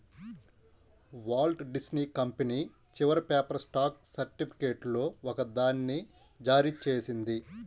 Walt Disney company చివరి paper stock సర్టిఫికేట్లలో ఒకదాన్ని జారీ చేసింది